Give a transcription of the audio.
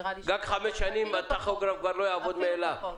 גג חמש שנים, הטכוגרף כבר לא יעבוד מאליו.